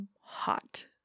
hot